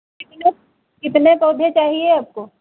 कितने कितने पौधे चाहिए आपको